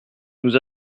nous